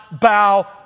bow